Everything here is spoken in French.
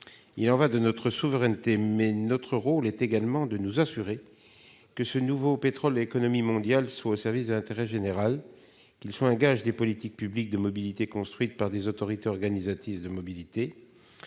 Il y va de notre souveraineté. Mais notre rôle est également de nous assurer que ce nouveau pétrole de l'économie mondiale soit au service de l'intérêt général, qu'il soit un gage des politiques publiques de mobilité construites par des autorités organisatrices de la mobilité.